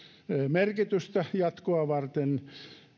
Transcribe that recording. merkitystä jatkoa varten